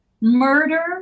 murder